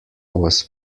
was